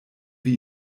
wir